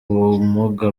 bumuga